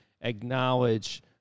acknowledge